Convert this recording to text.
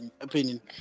opinion